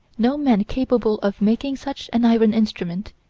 no men capable of making such an iron instrument,